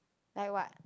like what